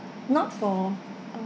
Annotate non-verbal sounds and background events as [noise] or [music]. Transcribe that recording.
not for [noise]